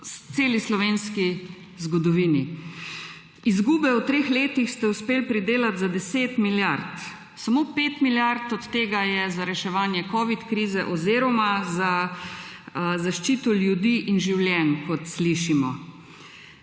v celi slovenski zgodovini. V treh letih ste uspeli pridelati za 10 milijard izgube. Samo 5 milijard od tega je za reševanje covid krize oziroma za zaščito ljudi in življenj, kot slišimo.